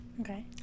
Okay